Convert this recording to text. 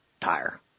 tire